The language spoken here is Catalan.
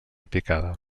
picada